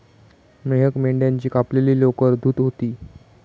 मेहक मेंढ्याची कापलेली लोकर धुत होती